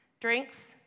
drinks